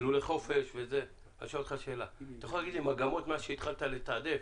אתה יכול לומר לי מה המגמות מאז התחלת לתעדף,